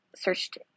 searched